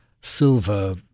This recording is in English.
silver